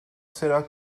será